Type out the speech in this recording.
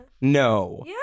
No